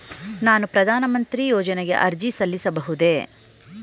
ನಾನು ಪ್ರಧಾನ ಮಂತ್ರಿ ಯೋಜನೆಗೆ ಅರ್ಜಿ ಸಲ್ಲಿಸಬಹುದೇ?